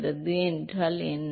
உராய்வு குணகம் என்றால் என்ன